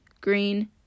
green